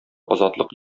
азатлык